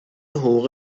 حقوق